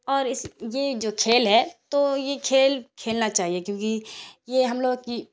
اور اس یہ جو کھیل ہے تو یہ کھیل کھیلنا چاہیے کیوںکہ یہ ہم لوگوں کی